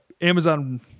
Amazon